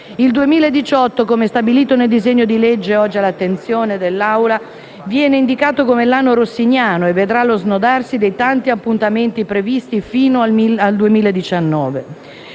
Il 2018, come stabilito dal disegno di legge oggi all'attenzione di questa Assemblea, viene indicato come l'anno rossiniano e vedrà lo snodarsi dei tanti appuntamenti previsti fino al 2019.